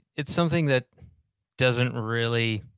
it's something that doesn't really,